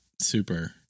super